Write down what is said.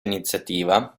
iniziativa